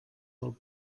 del